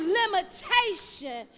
limitation